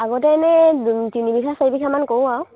আগতে এনেই তিনি বিঘা চাৰি বিঘামান কৰোঁ আৰু